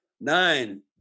Nine